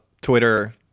twitter